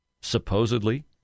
supposedly